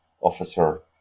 officer